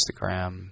Instagram